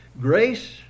Grace